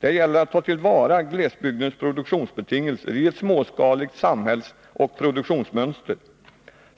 Det gäller att ta till vara glesbygdens produktionsbetingelser i ett småskaligt samhällsoch produktionsmönster.